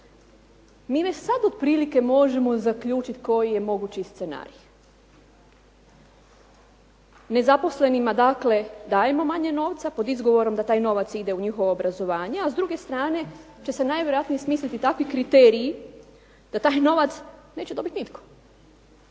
Mi već sada otprilike možemo zaključiti koji je mogući scenarij. Nezaposlenima dakle dajemo manje novca pod izgovorima da taj novac ide u njihovo obrazovenje, a s druge strane će se najvjerojatnije smisliti takvi kriteriji da taj novac neće dobiti nitko.